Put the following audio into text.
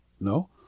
No